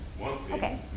Okay